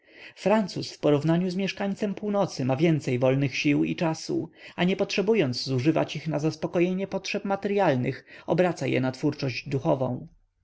francuz w porównaniu z mieszkańcem północy ma więcej wolnych sił i czasu a nie potrzebując zużywać ich na zaspokojenie potrzeb materyalnych obraca je na twórczość duchową